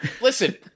Listen